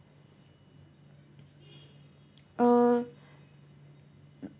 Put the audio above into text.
uh